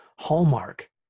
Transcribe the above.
Hallmark